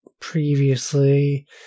previously